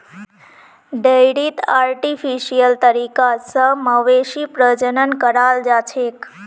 डेयरीत आर्टिफिशियल तरीका स मवेशी प्रजनन कराल जाछेक